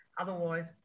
Otherwise